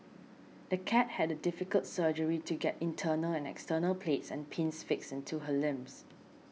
the cat had a difficult surgery to get internal and external plates and pins fixed into her limbs